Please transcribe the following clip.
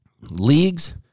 Leagues